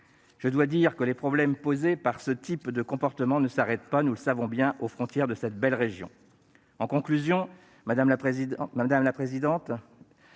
Je dois dire que les problèmes posés par ce type de comportement ne s'arrêtent pas, nous le savons bien, aux frontières de cette belle région ! En conclusion, madame la présidente,